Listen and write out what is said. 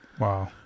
Wow